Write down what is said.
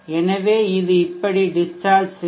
எனவே இது இப்படி டிஸ்சார்ஜ் செய்யும்